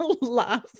laugh